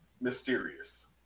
mysterious